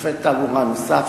שופט תעבורה נוסף.